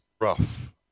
rough